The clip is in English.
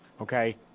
Okay